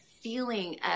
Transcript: feeling